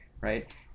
right